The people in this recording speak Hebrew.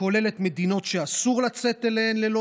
שכוללת מדינות שאסור לצאת אליהן ללא